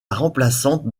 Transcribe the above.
remplaçante